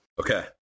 Okay